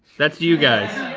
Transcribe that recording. that's you guys!